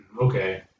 okay